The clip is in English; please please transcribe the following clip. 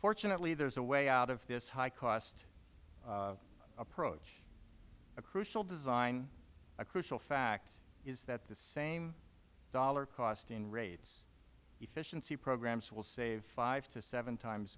fortunately there is a way out of this high cost approach a crucial design a crucial fact is that the same dollar cost in rates efficiency programs will save five to seven times